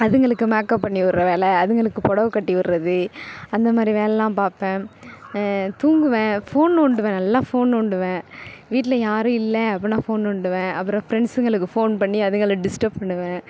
அதுங்களுக்கு மேக்கப் பண்ணி விட்டுற வேலை அதுங்களுக்கு புடவ கட்டி விட்டுறது அந்தமாதிரி வேலைல்லாம் பார்ப்பேன் தூங்குவேன் ஃபோன் நோண்டுவேன் நல்லா ஃபோன் நோண்டுவேன் வீட்டில் யாரும் இல்லை அப்பிடின்னா ஃபோன் நோண்டுவேன் அப்புறம் ப்ரெண்ட்ஸுங்களுக்கு ஃபோன் பண்ணி அதுங்களை டிஸ்டர்ப் பண்ணுவேன்